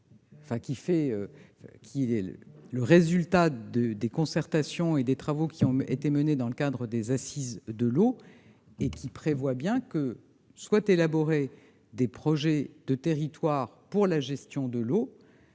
qui est le résultat des concertations et des travaux menés dans le cadre des Assises de l'eau, prévoit bien l'élaboration de projets de territoire pour la gestion de l'eau